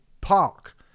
park